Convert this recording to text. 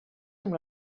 amb